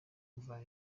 kuvana